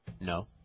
No